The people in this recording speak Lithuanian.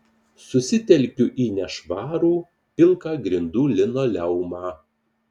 susitelkiu į nešvarų pilką grindų linoleumą